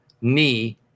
knee